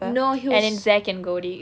no he was s~